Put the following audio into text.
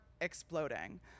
exploding